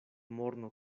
morno